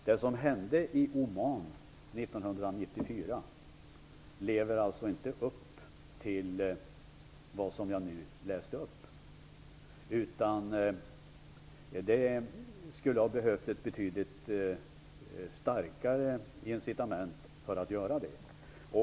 Det som hände i Oman 1994 lever inte upp till det jag nu läste upp. Det skulle ha behövts betydligt starkare incitament.